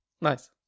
Nice